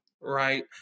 right